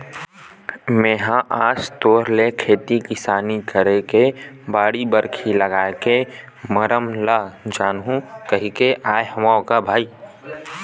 मेहा आज तोर ले खेती किसानी करे के बाड़ी, बखरी लागए के मरम ल जानहूँ कहिके आय हँव ग भाई